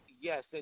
yes